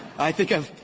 i think i've,